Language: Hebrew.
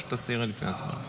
או שתסירי לפני ההצבעה?